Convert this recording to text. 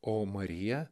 o marija